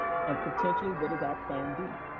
and potentially, what is our plan d?